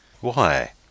Why